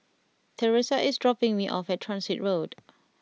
Thresa is dropping me off at Transit Road